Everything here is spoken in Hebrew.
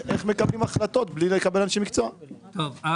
מניבים סדר גודל ממוצע של 60,000,65,000 טון גולמי,